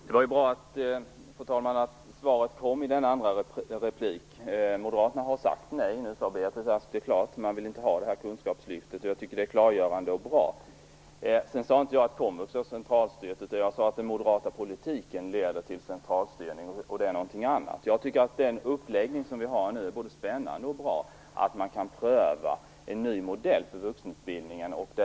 Fru talman! Det var ju bra att svaret kom i denna andra replik. Moderaterna har sagt nej - nu sade Beatrice Ask det klart - man vill inte ha det här kunskapslyftet, och jag tycker att det är klargörande och bra. Jag sade inte att komvux är centralstyrt, utan jag sade att den moderata politiken leder till centralstyrning, och det är någonting annat. Jag tycker att den uppläggning som vi har nu är både spännande och bra, eftersom man kan pröva en ny modell för vuxenutbildning.